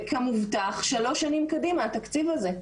כמובטח, שלוש שנים קדימה התקציב הזה.